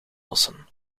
lossen